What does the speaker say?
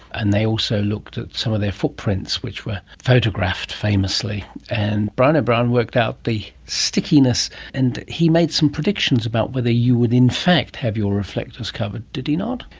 and they also looked at some of their footprints which were photographed, famously. and brian o'brien worked out the stickiness stickiness and he made some predictions about whether you would in fact have your reflectors covered, did he not?